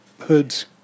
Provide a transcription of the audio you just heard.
hoods